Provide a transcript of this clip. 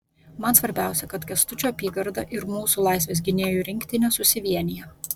man svarbiausia kad kęstučio apygarda ir mūsų laisvės gynėjų rinktinė susivienija